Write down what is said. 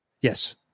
yes